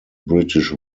british